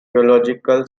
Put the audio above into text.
theological